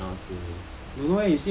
how come you cannot see me